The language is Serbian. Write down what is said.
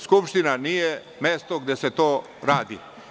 Skupština nije mesto gde se to radi.